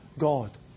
God